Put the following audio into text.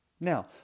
Now